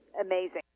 amazing